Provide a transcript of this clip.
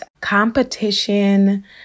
competition